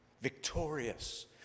victorious